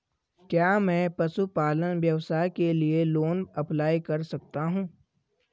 क्या मैं पशुपालन व्यवसाय के लिए लोंन अप्लाई कर सकता हूं?